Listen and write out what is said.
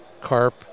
Carp